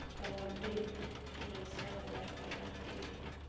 कबड्डी खेलैत छथि लड़का लड़की